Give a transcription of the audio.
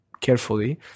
carefully